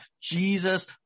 Jesus